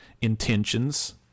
intentions